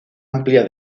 amplia